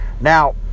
Now